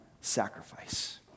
sacrifice